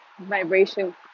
vibration